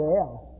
else